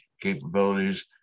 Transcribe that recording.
capabilities